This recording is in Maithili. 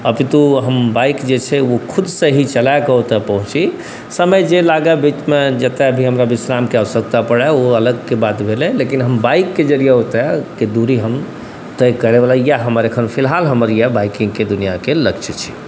अपितु हम बाइक जे छै ओ खुदसँ ही चलाकऽ ओतऽ पहुँची समय जे लागै बीचमे जतऽ भी हमरा विश्रामके आवश्यकता पड़ै ओ अलगके बात भेलै लेकिन हम बाइकके जरिये ओतऽके दूरी हम तय करैवला इएह हमर एखन फिलहाल हमर अइ बाइकिङ्गके दुनिआके लक्ष्य छै